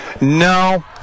No